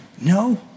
No